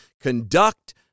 conduct